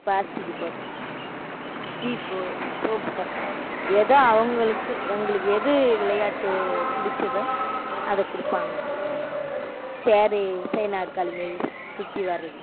plastic பொருள் சீப்பு சோப்பு டப்பா ஏதோ அவங்களுக்கு எங்களுக்கு எது விளையாட்டு பிடிச்சதோ அதை கொடுப்பாங்கங்க சேரு இசைநாற்காலி மாரி சுற்றி வர்றது